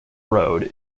road